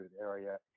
area